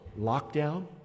lockdown